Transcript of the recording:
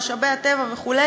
משאבי הטבע וכו',